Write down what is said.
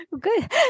Good